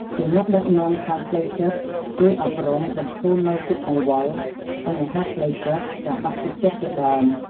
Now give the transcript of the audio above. លើសពីនេះ វត្តអារាមគឺជាមជ្ឈមណ្ឌលនៃសេចក្តីស្ងប់ស្ងាត់ និងសន្តិភាព។